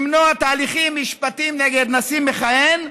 למנוע הליכים משפטיים נגד נשיא מכהן,